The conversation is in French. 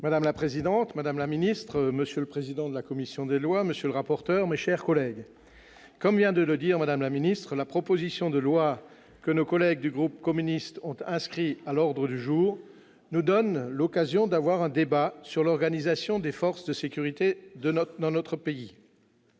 Madame la présidente, madame la ministre, monsieur le président de la commission des lois, monsieur le rapporteur, mes chers collègues, la proposition de loi que nos collègues du groupe communiste ont inscrite à l'ordre du jour nous donne l'occasion d'avoir un débat sur l'organisation des forces de sécurités dans notre pays.